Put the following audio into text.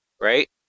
right